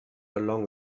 along